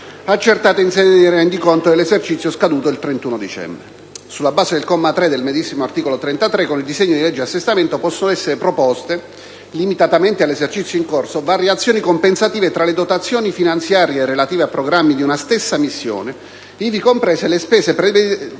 accertata in sede di rendiconto dell'esercizio scaduto il 31 dicembre. Sulla base del comma 3 del medesimo articolo 33, con il disegno di legge di assestamento possono essere proposte, limitatamente all'esercizio in corso, variazioni compensative tra le dotazioni finanziarie relative a programmi di una stessa missione, ivi comprese le spese predeterminate